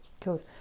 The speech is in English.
Cool